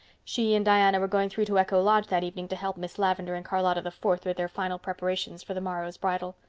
she and diana were going through to echo lodge that evening to help miss lavendar and charlotta the fourth with their final preparations for the morrow's bridal.